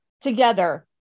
together